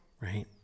Right